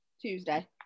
Tuesday